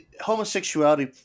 homosexuality